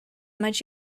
might